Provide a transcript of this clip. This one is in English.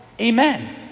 Amen